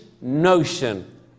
notion